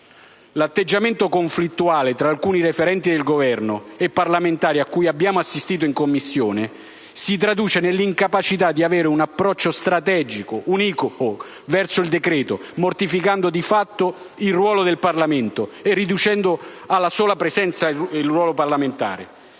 L'atteggiamento conflittuale tra alcuni referenti di Governo e parlamentari a cui abbiamo assistito in Commissione si traduce nell'incapacità di avere un approccio strategico univoco verso il decreto-legge, mortificando di fatto il ruolo del Parlamento e riducendolo alla sola presenza. Il decreto-legge